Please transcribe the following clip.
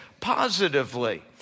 Positively